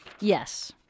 Yes